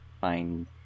find